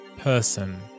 person